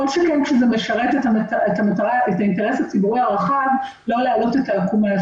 כל שכן כשזה משרת את האינטרס הציבורי הרחב לא להעלות את העקומה.